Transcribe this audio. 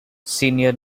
senior